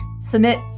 submit